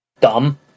dumb